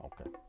Okay